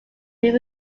being